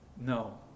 No